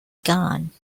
gone